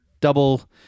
double